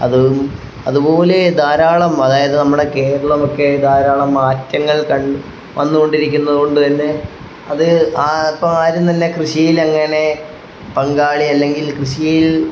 അത് അതുപോലെ ധാരാളം അതായത് നമ്മുടെ കേരളമൊക്കെ ധാരാളം മാറ്റങ്ങൾ കണ്ട് വന്നുകൊണ്ടിരിക്കുന്നത് കൊണ്ട് തന്നെ അത് ആ ഇപ്പം ആരും തന്നെ കൃഷിയിലങ്ങനെ പങ്കാളി അല്ലെങ്കിൽ കൃഷിയിൽ